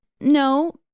No